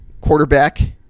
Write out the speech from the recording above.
quarterback